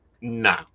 no